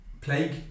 plague